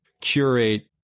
curate